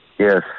Yes